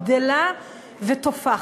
גדלה ותופחת.